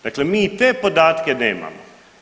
Dakle, mi i te podatke nemamo.